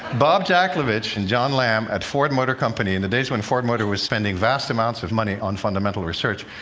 bob jacklovich and john lamb at ford motor company, in the days when ford motor was spending vast amounts of money on fundamental research,